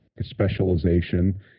specialization